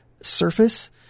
surface